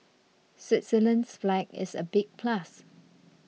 Switzerland's flag is a big plus